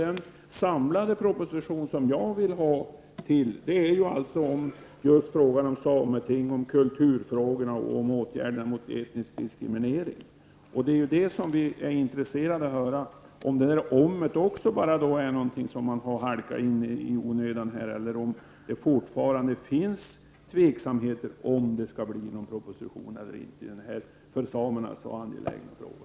Den samlade proposition som jag anser bör läggas fram gäller just frågan om sameting, kulturfrågor och åtgärder mot etnisk diskriminering. Vi är alltså intresserade av att få reda på om detta ”om” är något som har kommit med i onödan eller om det fortfarande finns tvivel om det skall läggas fram någon proposition eller inte när det gäller denna för samerna så angelägna fråga.